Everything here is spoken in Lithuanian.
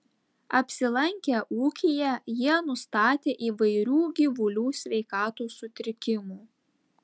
apsilankę ūkyje jie nustatė įvairių gyvulių sveikatos sutrikimų